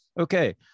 Okay